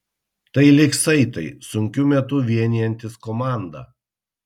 tai lyg saitai sunkiu metu vienijantys komandą